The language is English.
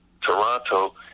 Toronto